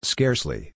Scarcely